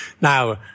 Now